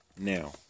now